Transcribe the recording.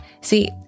See